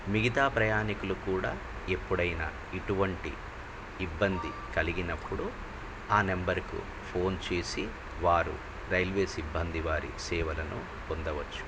మిగతా ప్రయాణికులు కూడా ఎప్పుడైనా ఇటువంటి ఇబ్బంది కలిగినప్పుడు ఆ నంబరుకు ఫోన్ చేసి వారు రైల్వే సిబ్బంది వారి సేవలను పొందవచ్చు